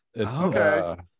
Okay